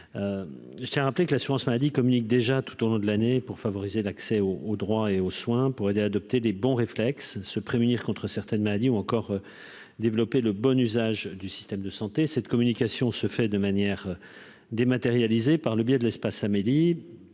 je tiens à rappeler que l'assurance-maladie communique déjà tout au long de l'année pour favoriser l'accès au au droit et aux soins pour aider à adopter les bons réflexes se prémunir contre certaines maladies ou encore développer le bon usage du système de santé cette communication se fait de manière dématérialisée par le biais de l'espace Amélie